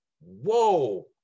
whoa